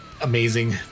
amazing